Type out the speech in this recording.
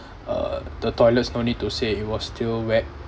uh the toilets no need to say it was still wet